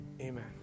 Amen